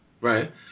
Right